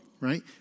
right